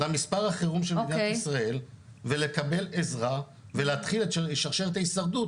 למספר החירום של מדינת ישראל ולקבל עזרה ולהתחיל את שרשרת ההישרדות,